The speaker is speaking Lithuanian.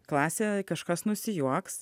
klasėj kažkas nusijuoks